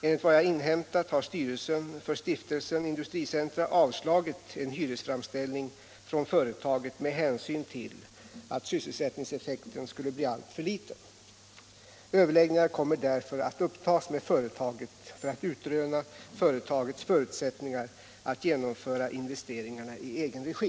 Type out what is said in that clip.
Enligt vad jag inhämtat har styrelsen för Stiftelsen Industricentra avslagit en hyresframställning från företaget med hänsyn till att sysselsättningseffekten skulle bli alltför liten. Överläggningar kommer därför att upptas med företaget för att utröna företagets förutsättningar att genomföra investeringarna i egen regi.